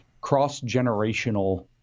cross-generational